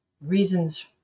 reasons